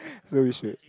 so we should